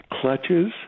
clutches